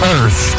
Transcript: Earth